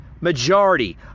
majority